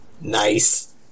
Nice